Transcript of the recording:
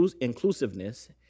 inclusiveness